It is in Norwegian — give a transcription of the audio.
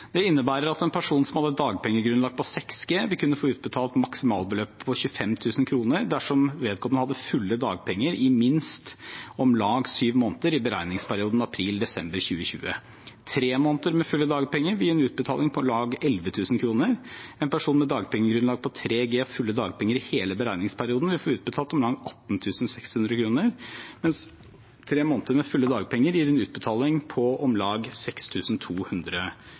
Det innebærer at en person som har et dagpengegrunnlag på 6G, vil kunne få utbetalt maksimalbeløpet på 25 000 kr dersom vedkommende hadde fulle dagpenger i minst om lag sju måneder i beregningsperioden april–desember 2020. Tre måneder med fulle dagpenger vil gi en utbetaling på om lag 11 000 kr. En person med dagpengegrunnlag på 3G og fulle dagpenger i hele beregningsperioden vil få utbetalt om lag 18 600 kr, mens tre måneder med fulle dagpenger gir en utbetaling på om lag